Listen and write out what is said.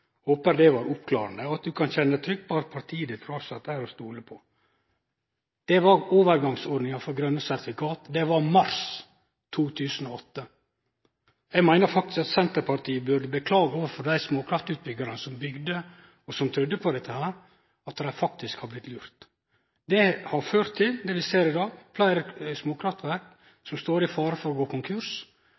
Håper dette var oppklarende. Og at du nå kan kjenne deg trygg på at partiet ditt fortsatt er til å stole på.» Det var overgangsordninga for grøne sertifikat. Det var mars 2008. Eg meiner faktisk at Senterpartiet burde beklage overfor dei småkraftutbyggjarane som bygde og som trudde på dette, at dei faktisk har blitt lurt. Det har ført til det vi ser i dag: Fleire småkraftverk står i fare for å gå konkurs,